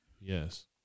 Yes